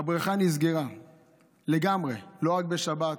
הבריכה נסגרה, לגמרי, לא רק בשבת.